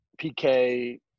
PK